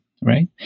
right